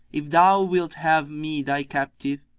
if thou wilt have me thy captive,